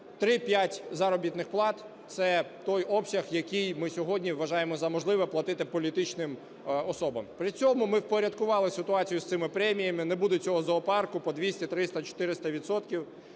3-5 заробітних плат – це той обсяг, який ми сьогодні вважаємо за можливе платити політичним особам. При цьому ми впорядкували ситуацію з цими преміями, не буде цього "зоопарку" по 200, 300, 400